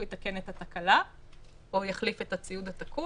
הוא יתקן את התקלה או יחליף את הציוד התקול,